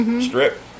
strip